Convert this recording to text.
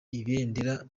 ibendera